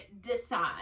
decide